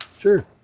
Sure